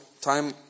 time